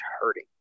hurting